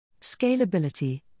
Scalability